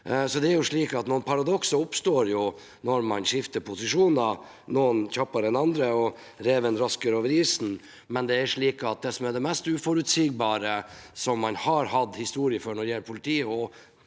noen paradokser oppstår når man skifter posisjon, og noen kjappere enn andre, og «reven rasker over isen». Det som er det mest uforutsigbare, som man har hatt historie for når det gjelder politi